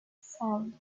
sound